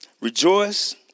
rejoice